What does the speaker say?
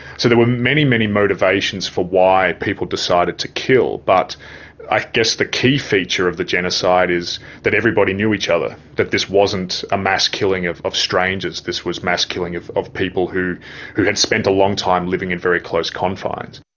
so there were many, many motivations for why people decided to kill. but i guess the key feature of the genocide is that everybody knew each other, that this wasn't a mass killing of of strangers this was mass killing of of people who who had spent a long time living in very close confines.